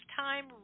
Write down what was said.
time